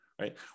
right